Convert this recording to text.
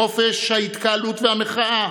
בחופש ההתקהלות והמחאה,